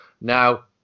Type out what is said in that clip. Now